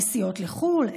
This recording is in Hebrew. נסיעות לחו"ל,